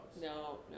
No